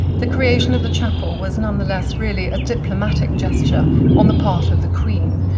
the creation of the chapel was nonetheless, really a diplomatic gesture on the part of the queen,